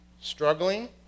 struggling